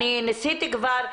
אני ניסיתי כבר,